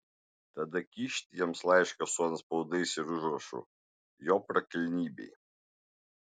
tada kyšt jiems laišką su antspaudais ir užrašu jo prakilnybei